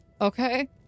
Okay